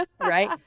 right